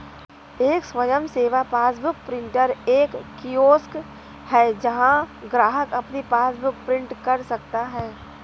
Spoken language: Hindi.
एक स्वयं सेवा पासबुक प्रिंटर एक कियोस्क है जहां ग्राहक अपनी पासबुक प्रिंट कर सकता है